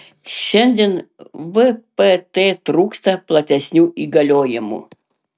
šiandien vpt trūksta platesnių įgaliojimų